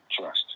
Trust